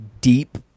deep